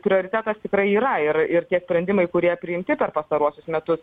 prioritetas tikrai yra ir ir tie sprendimai kurie priimti per pastaruosius metus